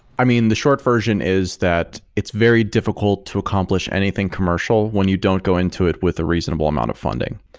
i mean, the short version is that it's very difficult to accomplish anything commercial when you don't go into it with a reasonable amount of funding.